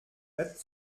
brett